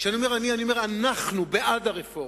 כשאני אומר "אני", אני אומר: אנחנו בעד הרפורמה.